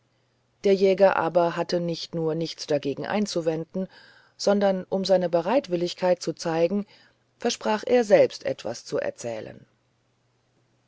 der jäger aber hatte nicht nur nichts dagegen einzuwenden sondern um seine bereitwilligkeit zu zeigen versprach er selbst etwas zu erzählen